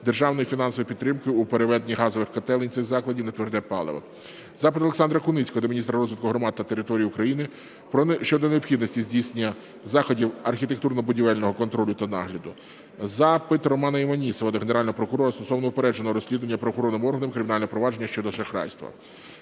державної фінансової підтримки у переведенні газових котелень цих закладів на тверде паливо. Запит Олександра Куницького до міністра розвитку громад та територій України щодо необхідності здійснення заходів архітектурно-будівельного контролю та нагляду. Запит Романа Іванісова до Генерального прокурора стосовно упередженого розслідування правоохоронним органом кримінального провадження щодо шахрайства.